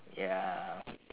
ya